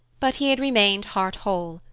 but he had remained heart-whole,